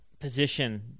position